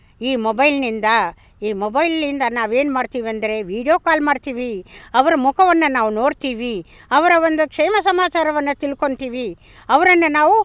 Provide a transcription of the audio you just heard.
ಈ ಮೊಬೈಲ್ನಿಂದ ಈ ಮೊಬೈಲಿಂದ ನಾವೇನು ಮಾಡ್ತೀವಿ ಅಂದರೆ ವೀಡಿಯೋ ಕಾಲ್ ಮಾಡ್ತೀವಿ ಅವರ ಮುಖವನ್ನು ನಾವು ನೋಡ್ತೀವಿ ಅವರ ಒಂದು ಕ್ಷೇಮ ಸಮಾಚಾರವನ್ನು ತಿಳ್ಕೊಳ್ತೀವಿ ಅವರನ್ನೇ ನಾವು